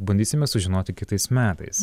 bandysime sužinoti kitais metais